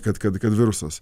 kad kad kad virusas